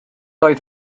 oedd